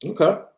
Okay